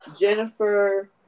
Jennifer